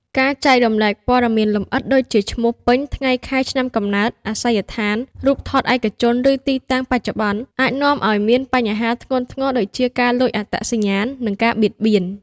ការចែករំលែកព័ត៌មានលម្អិតដូចជា ឈ្មោះពេញ ថ្ងៃខែឆ្នាំកំណើត អាសយដ្ឋាន រូបថតឯកជន ឬទីតាំងបច្ចុប្បន្ន អាចនាំឲ្យមានបញ្ហាធ្ងន់ធ្ងរដូចជា ការលួចអត្តសញ្ញាណ និងការបៀតបៀន។